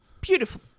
beautiful